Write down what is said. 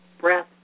breath